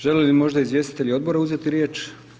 Želi li možda izvjestitelj odbora uzeti riječ?